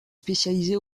spécialisés